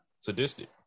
Sadistic